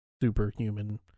superhuman